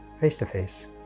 face-to-face